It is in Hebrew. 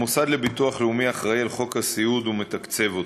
המוסד לביטוח לאומי אחראי על חוק הסיעוד ומתקצב אותו.